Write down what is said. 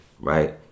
right